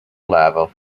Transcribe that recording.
lava